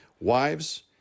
Wives